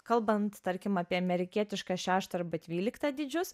kalbant tarkim apie amerikietišką šeštą arba dvyliktą dydžius